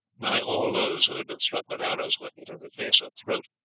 nigh all those who had been struck with arrows were hit in the face or throat,